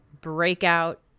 breakout